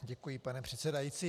Děkuji, pane předsedající.